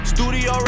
Studio